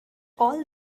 all